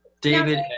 David